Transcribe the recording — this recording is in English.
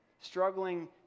struggling